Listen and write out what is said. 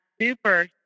super